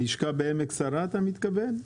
הלשכה בעמק שרה אתה מתכוון?